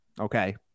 Okay